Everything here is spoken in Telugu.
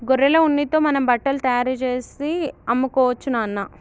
గొర్రెల ఉన్నితో మనం బట్టలు తయారుచేసి అమ్ముకోవచ్చు నాన్న